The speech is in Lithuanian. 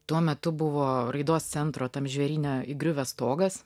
tuo metu buvo raidos centro tam žvėryne įgriuvęs stogas